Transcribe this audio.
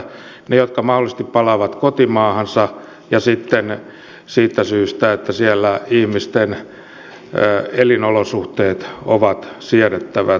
heidän vuokseen jotka mahdollisesti palaavat kotimaahansa ja sitten siitä syystä että siellä ihmisten elinolosuhteet ovat siedettävät